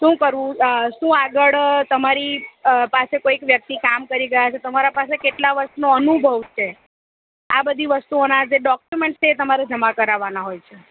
શું કરવું શું આગળ તમારી અ પાસે કોઈ વ્યક્તિ કામ કરી ગયા છે તમારા પાસે કેટલા વર્ષનો અનુભવ છે આ બધી વસ્તુઓના જે ડોક્યુમેન્ટ છે તમારે જમા કરવાના હોય છે